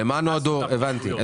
הבנתי.